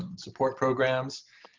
and support programs.